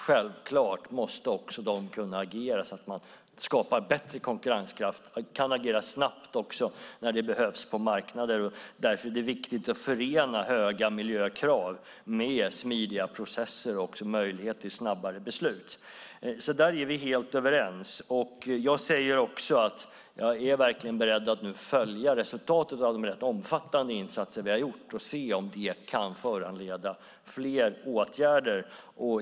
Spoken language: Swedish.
Självklart måste de kunna agera så att de skapar bättre konkurrenskraft och kan agera snabbt när det behövs på marknader. Därför är det viktigt att förena höga miljökrav med smidiga processer och möjligheter till snabbare beslut. Där är vi helt överens. Jag är verkligen beredd att nu följa resultatet av de rätt omfattande insatser som vi har gjort och se om de kan föranleda fler åtgärder.